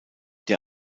der